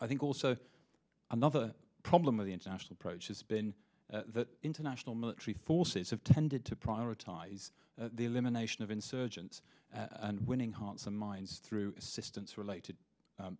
i think also another problem of the international prochoice been that international military forces have tended to prioritize the elimination of insurgents and winning hearts and minds through assistance related